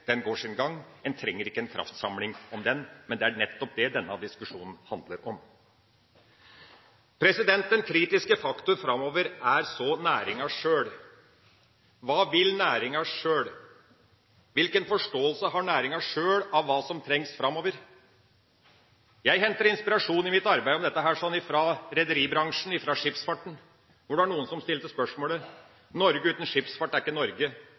går sin gang, en trenger ikke en kraftsamling om den, men det er nettopp det denne diskusjonen handler om. Den kritiske faktor framover er næringa sjøl. Hva vil næringa sjøl? Hvilken forståelse har næringa sjøl av hva som trengs framover? Jeg henter inspirasjon i mitt arbeid om dette fra rederibransjen, fra skipsfarten, der det var noen som sa: Norge uten skipsfart er ikke Norge.